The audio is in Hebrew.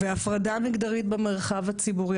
והפרדה מגדרית במרחב הציבורי,